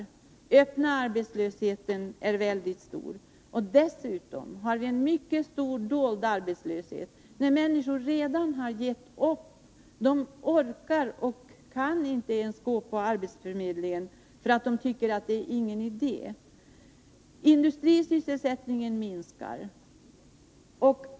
Den öppna arbetslösheten är mycket stor, och dessutom har vi en mycket stor dold arbetslöshet. Människor har redan gett upp. De orkar inte ens gå till arbetsförmedlingen, eftersom de inte tycker att det är någon idé. Industrisysselsättningen minskar.